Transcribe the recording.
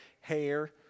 hair